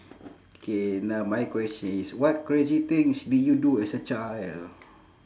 K now my question is what crazy things did you do as a child